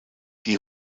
die